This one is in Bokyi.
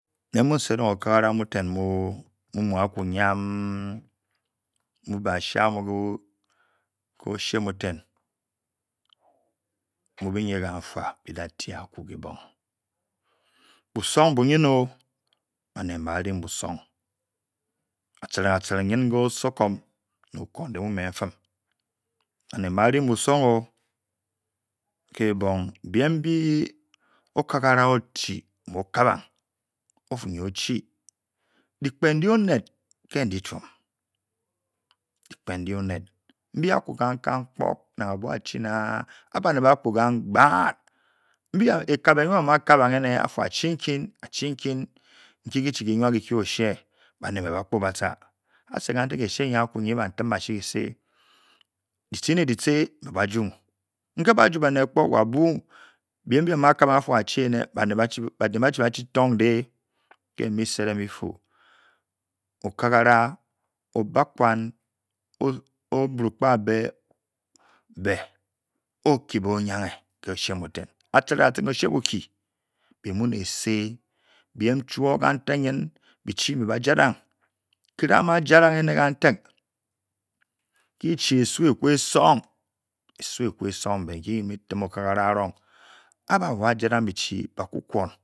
Me emu sedeng okakara mu muaku nyme kibong mu be asuamumu bii nyke ka fua bi dati aku kibong busong mbu nyn o baned bairing busong atchiring nynke oso kom ne okundi mu me ufum baned ba run busong-o ke-bong biem nbi okagara mu okabang ofu o-chi-chi diben-ndi oned ke ndi chuom. dipen. ndi. oned. mbi aku kan-kan kpok na abua chi-naa a baned ba kpu gang kbiat ekebe nyi a ma kabang afu a chikin-achikin oki-ki-chi ki nuakilkin. o-shee baned nba kpu batcha atche wantak e-shee nya aku nyibantem-achi-kisi ditchi ne-ditchi nmbe ba juing nke ba ju baned kpole biem mbii a mou-aleabang atu a-chi ene baned ba chi-ba-chi tunde. ke bi mu sedeng bitu okagara o-bakwane obrogbabe be okibe ohiange ke o-shee buten achiwin ke o-shee bukyi mu me ese biem chouo kantale nyn bi-chi nbe ba janang-kirang amuoa jadang ene kantak kii chi esu eku esung nki ke bii mu-tim okagara arung ke ba ma janang bi-chi baku knon.